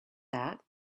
that